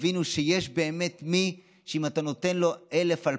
ותבינו שיש באמת מי שאם אתה נותן לו 1,000,